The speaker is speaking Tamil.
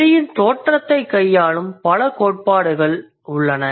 மொழியின் தோற்றத்தை கையாளும் பல கோட்பாடுகள் உள்ளன